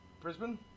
Brisbane